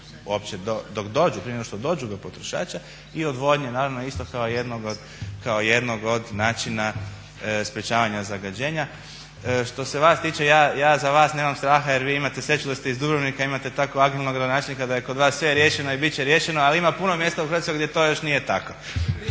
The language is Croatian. uopće dok dođu prije nego što dođu do potrošača i odvodnje naravno isto kao jednog od načina sprečavanja zagađenja. Što se vas tiče ja za vas nemam straha jer vi imate sreću da ste iz Dubrovnika imate tako agilnog gradonačelnika da je kod vas sve riješeno i bit će riješeno, ali ima puno mjesta u Hrvatskoj gdje to još nije tako.